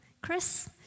Chris